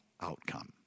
outcome